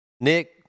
nick